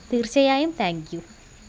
തീർച്ചയായും താങ്ക്യു